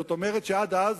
וזאת אומרת שעד אז